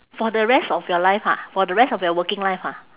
for the rest of your life ha for the rest of your working life ha